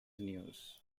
news